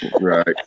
Right